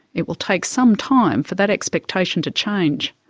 it will take some time for that expectation to change.